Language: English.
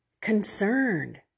concerned